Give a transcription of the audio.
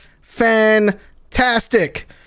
fantastic